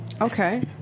Okay